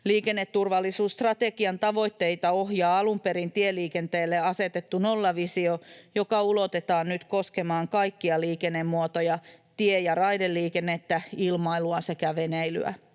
Liikenneturvallisuusstrategian tavoitteita ohjaa alun perin tieliikenteelle asetettu nollavisio, joka ulotetaan nyt koskemaan kaikkia liikennemuotoja: tie- ja raideliikennettä, ilmailua sekä veneilyä.